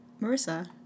Marissa